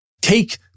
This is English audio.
Take